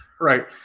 right